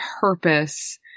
purpose